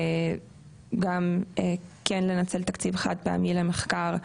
כן לנצל תקציב חד פעמי למחקר,